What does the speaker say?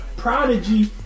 Prodigy